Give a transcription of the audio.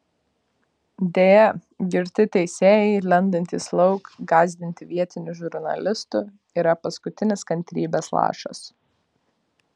deja girti teisėjai lendantys lauk gąsdinti vietinių žurnalistų yra paskutinis kantrybės lašas